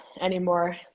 anymore